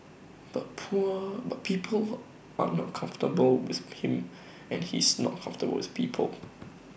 but poor but people are not comfortable with him and he's not comfortable with people